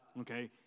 okay